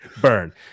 Burn